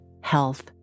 health